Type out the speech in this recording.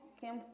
Kim